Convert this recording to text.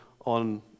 on